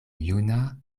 juna